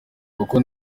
uko